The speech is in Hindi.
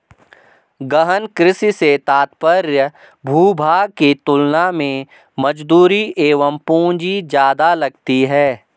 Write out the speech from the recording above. गहन कृषि से तात्पर्य भूभाग की तुलना में मजदूरी एवं पूंजी ज्यादा लगती है